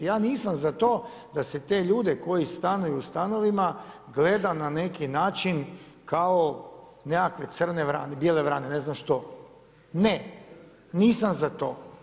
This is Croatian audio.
Ja nisam za to da se te ljude koji stanuju u stanovima gleda na neki način kao nekakve bijele vrane, ne znam što, ne nisam za to.